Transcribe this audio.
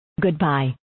Goodbye